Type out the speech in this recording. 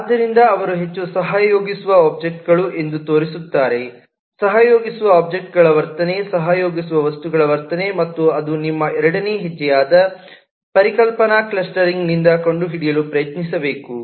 ಆದ್ದರಿಂದ ಅವರು ಹೆಚ್ಚು ಸಹಯೋಗಿಸುವ ಒಬ್ಜೆಕ್ಟ್ಗಳು ಎಂದು ತೋರಿಸುತ್ತಾರೆ ಸಹಯೋಗಿಸುವ ಒಬ್ಜೆಕ್ಟ್ಗಳು ವರ್ತನೆ ಸಹಯೋಗಿಸುವ ವಸ್ತುಗಳ ವರ್ತನೆ ಮತ್ತು ಅದು ನಿಮ್ಮ ಎರಡನೇ ಹೆಜ್ಜೆಯಾದ ಪರಿಕಲ್ಪನಾ ಕ್ಲಸ್ಟರಿಂಗ್ನಿಂದ ಕಂಡುಹಿಡಿಯಲು ಪ್ರಯತ್ನಿಸಬೇಕು